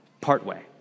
partway